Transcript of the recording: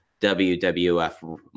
WWF